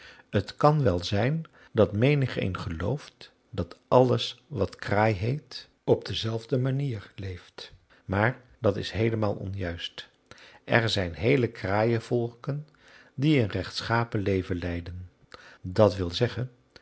t kan wel zijn dat menigeen gelooft dat alles wat kraai heet op dezelfde manier leeft maar dat is heelemaal onjuist er zijn heele kraaienvolken die een rechtschapen leven leiden d w z